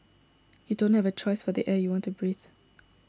you don't have a choice for the air you want to breathe